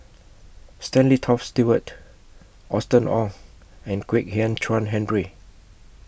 Stanley Toft Stewart Austen Ong and Kwek Hian Chuan Henry